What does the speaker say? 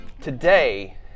Today